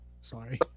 sorry